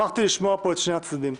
ושמחתי לשמוע פה את שני הצדדים.